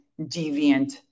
deviant